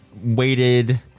waited